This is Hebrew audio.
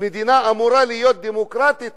מדינה שאמורה להיות דמוקרטית,